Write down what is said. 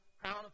crown